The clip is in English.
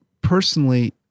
personally